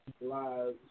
Lives